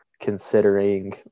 considering